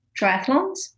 triathlons